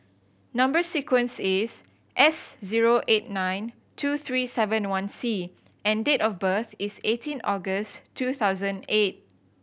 number sequence is S zero eight nine two three seven one C and date of birth is eighteen August two thousand eight